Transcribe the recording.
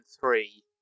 three